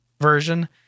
version